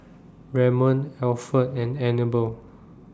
Ramon Alferd and Anibal